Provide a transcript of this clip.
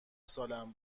سالم